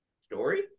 Story